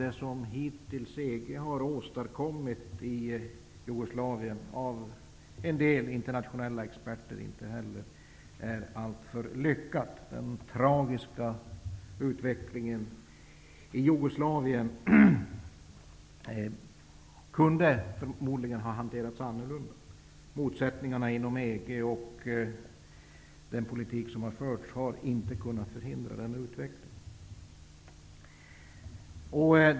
Det som EG hittills har åstadkommit i Jugoslavien anses av en hel del internationella experter inte som alltför lyckat. Den tragiska utvecklingen i Jugoslavien kunde förmodligen ha hanterats annorlunda. Motsättningarna inom EG och den politik som har förts har inte kunnat förhindra den utvecklingen.